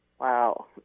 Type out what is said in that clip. wow